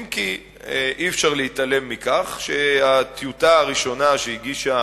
אם כי אי-אפשר להתעלם מכך שהטיוטה הראשונה שהגישה